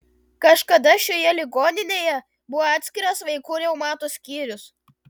kažkada šioje ligoninėje buvo atskiras vaikų reumato skyrius